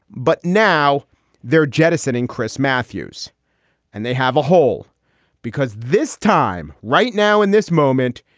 but now they're jettisoning chris matthews and they have a whole because this time right now, in this moment,